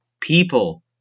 people